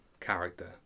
character